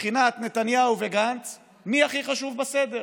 מי הכי חשוב בסדר